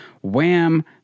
wham